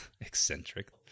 eccentric